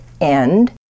end